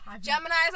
Gemini's